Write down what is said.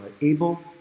able